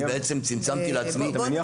אני בעצם צמצמתי לעצמי --- אתה מניח